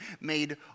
made